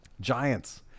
Giants